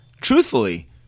truthfully